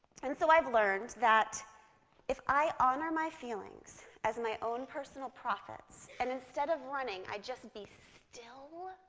and so i've learned that if i honor my feelings as my own personal prophets, and instead of running i just be still,